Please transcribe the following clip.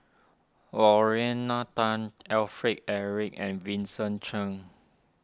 Lorna Tan Alfred Eric and Vincent Cheng